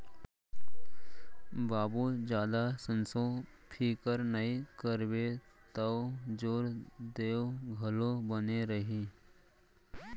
बाबू जादा संसो फिकर नइ करबे तौ जोर देंव घलौ बने रही